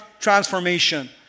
transformation